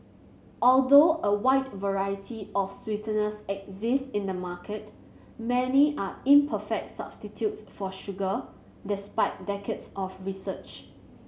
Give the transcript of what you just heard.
although a wide variety of sweeteners exist in the market many are imperfect substitutes for sugar despite decades of research